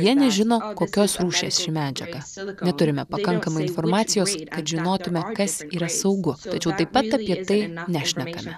jie nežino kokios rūšies ši medžiaga neturime pakankamai informacijos kad žinotume kas yra saugu tačiau taip pat apie tai nešnekame